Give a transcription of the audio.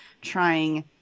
trying